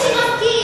מי צריך להפקיע?